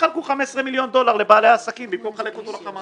יחלקו 15 מיליון דולר לבעלי העסקים במקום לחלק אותו לחמאס.